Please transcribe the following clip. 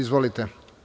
Izvolite.